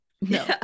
No